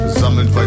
sammeln